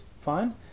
fine